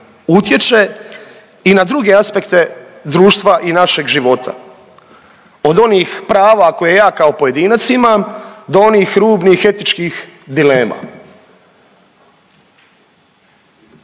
utječe i na druge aspekte društva i našeg život od onih prava koje ja kao pojedinac imam do onih rubnih, etičkih dilema.